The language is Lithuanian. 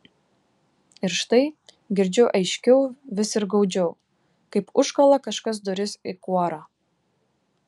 ir štai girdžiu aiškiau vis ir gaudžiau kaip užkala kažkas duris į kuorą